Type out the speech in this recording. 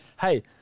hey